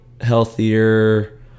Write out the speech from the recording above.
healthier